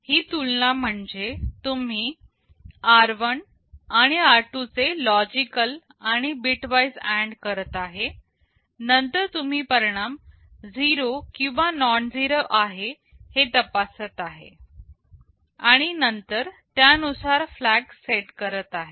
ही तुलना म्हणजे तुम्ही r1 आणि r2 चे लॉजिकल आणि बिट वाइज AND करत आहे नंतर तुम्ही परिणाम 0 किंवा नॉनझिरो आहे हे तपासत आहे आणि नंतर त्यानुसार फ्लॅग सेट करत आहे